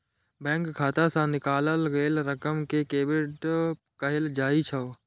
bank खाता सं निकालल गेल रकम कें डेबिट कहल जाइ छै